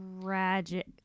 tragic